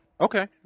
Okay